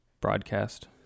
broadcast